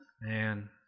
Man